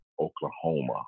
Oklahoma